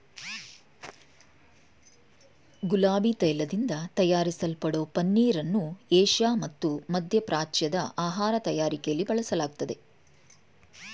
ಗುಲಾಬಿ ತೈಲದಿಂದ ತಯಾರಿಸಲ್ಪಡೋ ಪನ್ನೀರನ್ನು ಏಷ್ಯಾ ಮತ್ತು ಮಧ್ಯಪ್ರಾಚ್ಯದ ಆಹಾರ ತಯಾರಿಕೆಲಿ ಬಳಸಲಾಗ್ತದೆ